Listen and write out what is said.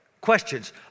questions